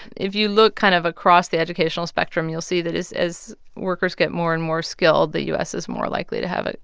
if you look kind of across the educational spectrum, you'll see that as workers get more and more skilled, the u s. is more likely to have ah